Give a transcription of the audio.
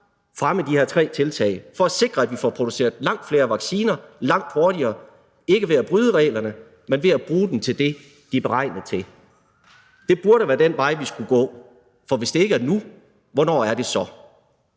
fremme de her tre tiltag for at sikre, at vi får produceret langt flere vacciner langt hurtigere, ikke ved at bryde reglerne, men ved at bruge dem til det, de er beregnet til? Det burde være den vej, vi skulle gå, for hvis det ikke er nu, hvornår er det så?